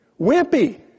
wimpy